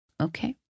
Okay